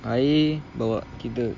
air bawa tiga